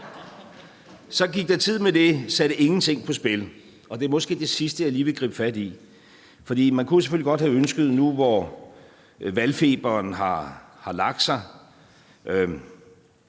gik der tid med det/satte ingenting på spil«, og det er måske det sidste, jeg lige vil gribe fat i, for man kunne selvfølgelig godt have ønsket nu, hvor valgfeberen har lagt sig